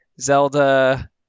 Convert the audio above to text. zelda